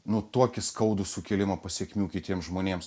nu tuokį skaudų sukėlimą pasekmių kitiems žmonėms